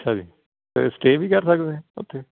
ਅੱਛਾ ਜੀ ਫੇਰ ਸਟੇ ਵੀ ਕਰ ਸਕਦੇ ਉੱਥੇ